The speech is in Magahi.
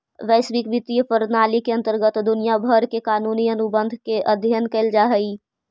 वैश्विक वित्तीय प्रणाली के अंतर्गत दुनिया भर के कानूनी अनुबंध के अध्ययन कैल जा हई